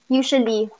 usually